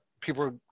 people